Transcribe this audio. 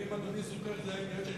ואם אדוני זוכר זה היה עניין של,